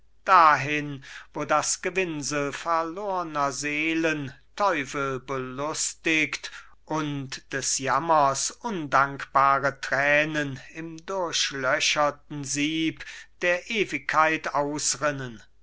dahin wo das gewinsel verlorner seelen teufel belustigt und des jammers undankbare tränen im durchlöcherten sieb der ewigkeit ausrinnen